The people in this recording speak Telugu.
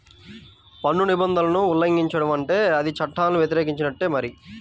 పన్ను నిబంధనలను ఉల్లంఘించడం అంటే అది చట్టాలను వ్యతిరేకించినట్టే మరి